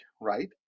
right